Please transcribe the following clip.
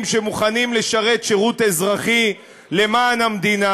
שמוכנים לשרת שירות אזרחי למען המדינה.